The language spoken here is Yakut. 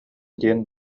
диэн